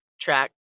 track